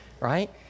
right